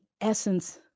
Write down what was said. essence